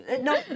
no